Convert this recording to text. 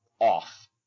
off